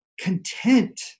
content